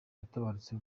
yaratabarutse